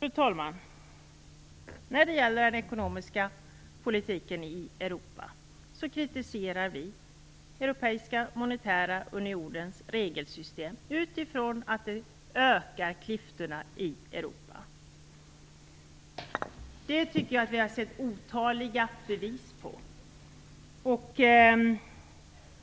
Fru talman! När det gäller den ekonomiska politiken i Europa kritiserar vi Europeiska monetära unionens regelsystem utifrån att det ökar klyftorna i Europa. Det har vi sett otaliga bevis på.